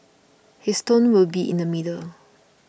his tone will be in the middle